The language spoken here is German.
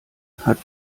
hat